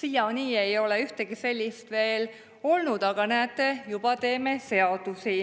Siiani ei ole ühtegi sellist veel olnud, aga näete, juba teeme seadusi.